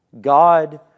God